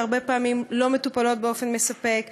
שהרבה פעמים לא מטופלות באופן מספק,